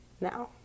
now